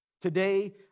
Today